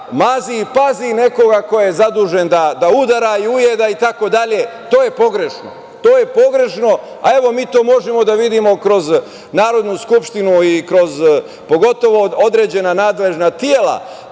mazi i pazi nekoga, ko je zadužen da udara i ujeda itd. To je pogrešno. To je pogrešno, a evo mi to možemo da vidimo kroz Narodnu skupštinu, pogotovo kroz određena nadležna tela.